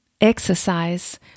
exercise